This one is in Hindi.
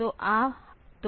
तो हम MOV A P 1